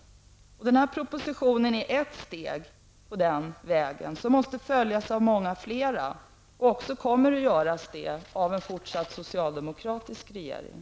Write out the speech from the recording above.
Den nu framlagda propositionen är ett steg på den vägen, som måste följas av många flera, och så kommer också att bli fallet från en fortsatt socialdemokratisk regering.